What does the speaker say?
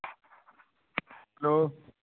hello